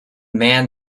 man